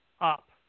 up